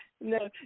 No